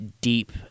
deep